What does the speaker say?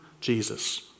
Jesus